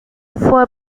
fue